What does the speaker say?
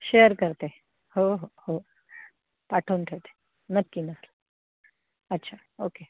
share करते हो हो हो पाठवून ठेवते नक्की नक्की अच्छा ओके